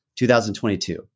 2022